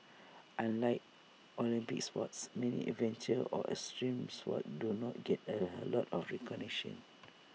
unlike Olympic sports many adventure or extreme sports do not get A lot of recognition